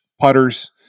putters